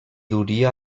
duria